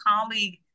colleague